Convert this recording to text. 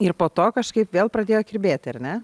ir po to kažkaip vėl pradėjo kirbėti ar ne